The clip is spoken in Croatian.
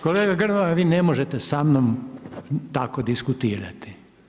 Kolega Grmoja, vi ne možete sa mnom tako diskutirati.